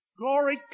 Glory